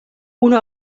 una